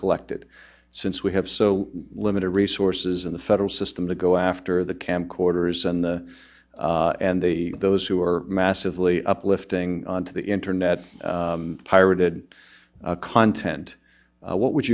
collected since we have so limited resources in the federal system to go after the camcorders and the and the those who are massively uplifting on the internet pirated content what would